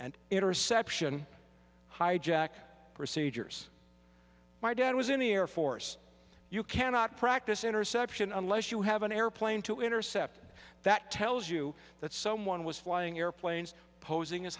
and interception hijack procedures my dad was in the air force you cannot practice interception unless you have an airplane to intercept it that tells you that someone was flying airplanes posing as